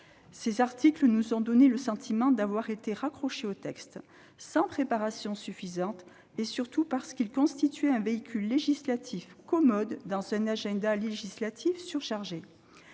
Ces articles nous ont donné le sentiment d'avoir été raccrochés au texte sans préparation suffisante, surtout parce que celui-ci constituait un véhicule législatif commode dans un agenda législatif surchargé.